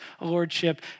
lordship